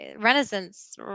Renaissance